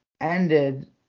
ended